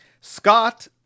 Scott